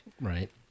Right